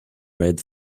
red